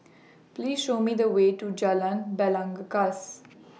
Please Show Me The Way to Jalan Belangkas